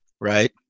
right